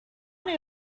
many